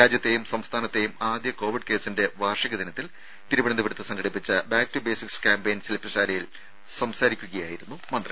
രാജ്യത്തെയും സംസ്ഥാനത്തെയും ആദ്യ കോവിഡ് കേസിന്റെ വാർഷിക ദിനത്തിൽ തിരുവനന്തപുരത്ത് സംഘടിപ്പിച്ച ബാക് ടു ബേസിക്സ് ക്യാമ്പയിൻ ശിൽപ്പശാലയിൽ സംസാരിക്കുകയായിരുന്നു മന്ത്രി